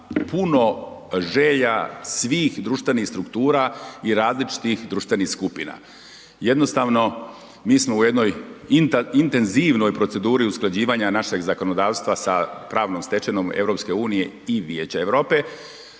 puno želja svih društvenih struktura i različitih društvenih skupina. Jednostavno, mi smo u jednoj intenzivnoj proceduri usklađivanja našeg zakonodavstva sa pravnom stečevinom EU i vijeća EU,